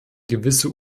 gewisse